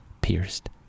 pierced